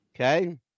Okay